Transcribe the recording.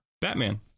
Batman